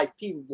IP